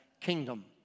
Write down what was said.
kingdom